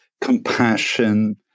compassion